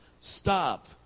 stop